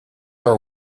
are